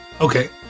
Okay